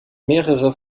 mehrere